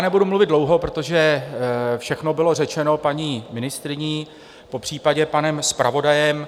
Nebudu mluvit dlouho, protože všechno bylo řečeno paní ministryní, popřípadě panem zpravodajem.